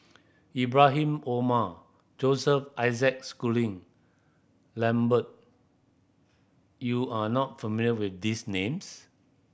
Ibrahim Omar Joseph Isaac Schooling Lambert you are not familiar with these names